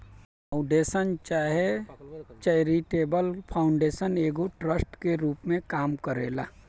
foundation चाहे charitable foundation एगो trust के रूप में काम करेला